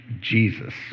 Jesus